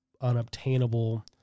unobtainable